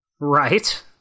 Right